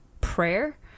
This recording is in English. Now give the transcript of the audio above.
prayer